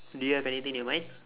do you have anything in your mind